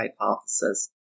hypothesis